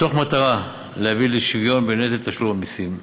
מתוך מטרה להביא לשוויון בנטל תשלום המסים,